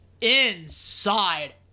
inside